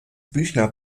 büchner